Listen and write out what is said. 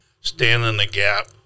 stand-in-the-gap